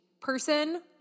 person